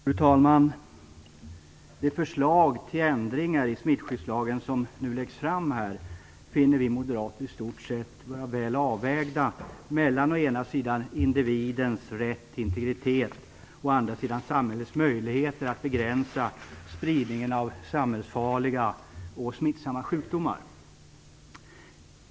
Fru talman! De förslag till ändringar i smittskyddslagen som nu läggs fram finner vi moderater i stort sett vara väl avvägda mellan å ena sidan individens rätt till integritet och å andra sidan samhällets möjligheter att begränsa spridningen av samhällsfarliga och smittsamma sjukdomar.